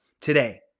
today